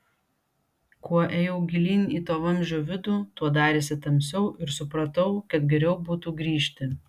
kuo ėjau gilyn į to vamzdžio vidų tuo darėsi tamsiau ir supratau kad geriau būtų grįžti